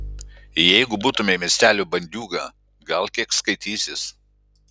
jeigu būtumei miestelio bandiūga gal kiek skaitysis